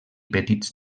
petits